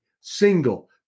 single